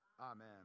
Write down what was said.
Amen